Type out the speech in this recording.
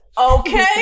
Okay